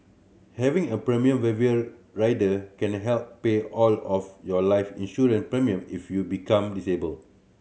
having a premium waiver rider can help pay all of your life insurance premium if you become disabled